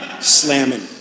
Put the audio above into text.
slamming